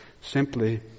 Simply